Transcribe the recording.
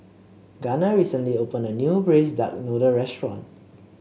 Gunner recently opened a new Braised Duck Noodle restaurant